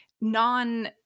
non